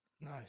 Nice